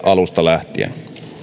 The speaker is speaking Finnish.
alusta lähtien